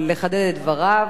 ואני מתירה לו זאת.